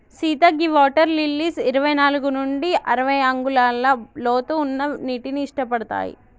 సీత గీ water lilies ఇరవై నాలుగు నుండి అరవై అంగుళాల లోతు ఉన్న నీటిని ఇట్టపడతాయి